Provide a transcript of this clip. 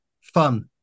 fun